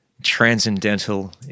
Transcendental